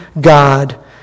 God